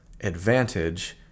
advantage